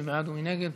מי בעד ומי נגד?